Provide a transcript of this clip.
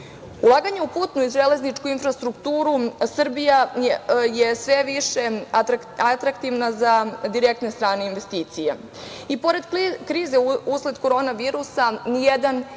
u putnu infrastrukturu Srbija je sve više atraktivna za direktne strane investicije. Pored krize usled korona virusa nijedan